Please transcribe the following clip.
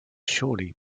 surely